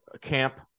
camp